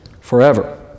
forever